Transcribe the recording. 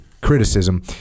criticism